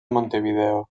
montevideo